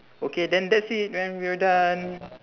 okay then that's it and we're done